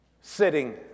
sitting